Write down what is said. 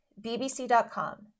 bbc.com